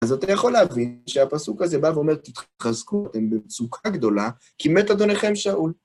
אז אתה יכול להבין שהפסוק הזה בא ואומר, תתחזקו אתם בפסוקה גדולה, כי מת אדוניכם שאול.